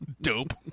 Dope